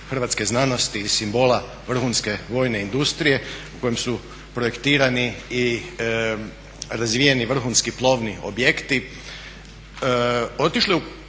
hrvatske znanosti i simbola vrhunske vojne industrije u kojem su projektirani i razvijeni vrhunski plovni objekti,